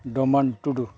ᱰᱚᱢᱟᱱ ᱴᱩᱰᱩ